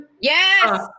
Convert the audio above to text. Yes